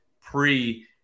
pre